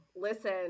Listen